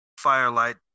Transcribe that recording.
Firelight